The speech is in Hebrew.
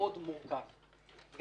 מורכב מאוד,